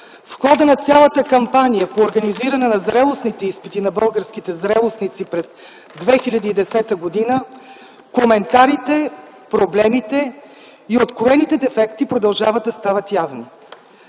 в хода на цялата кампания по организиране на зрелостните изпити на българските зрелостници през 2010 г., коментарите, проблемите и откроените дефекти продължават да стават явни.